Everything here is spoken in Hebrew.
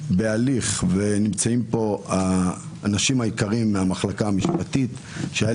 נמצאים פה האנשים היקרים מהמחלקה המשפטית שהיה